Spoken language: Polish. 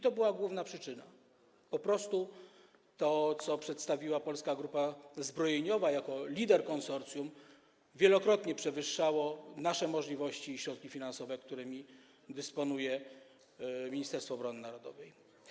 To była główna przyczyna: po prostu to, co przedstawiła Polska Grupa Zbrojeniowa jako lider konsorcjum, wielokrotnie przewyższało nasze możliwości i środki finansowe, którymi dysponuje Ministerstwo Obrony Narodowej.